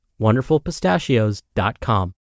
wonderfulpistachios.com